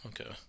Okay